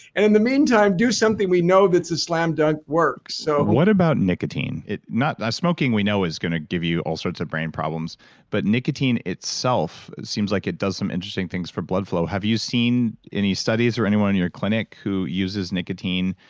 and in the meantime, do something we know that's a slam dunk works so what about nicotine? smoking we know is going to give you all sorts of brain problems but nicotine itself seems like it does some interesting things for blood flow. have you seen any studies or anyone in your clinic who uses nicotine,